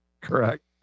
Correct